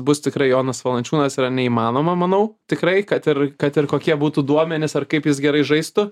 bus tikrai jonas valančiūnas yra neįmanoma manau tikrai kad ir kad ir kokie būtų duomenys ar kaip jis gerai žaistų